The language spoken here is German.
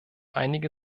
einige